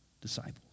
disciples